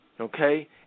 Okay